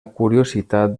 curiositat